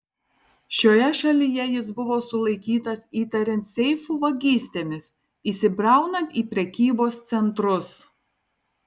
šioje šalyje jis buvo sulaikytas įtariant seifų vagystėmis įsibraunant į prekybos centrus